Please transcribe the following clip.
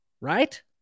Right